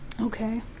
Okay